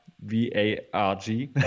v-a-r-g